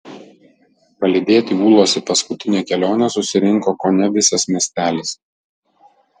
palydėti ūlos į paskutinę kelionę susirinko kone visas miestelis